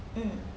mm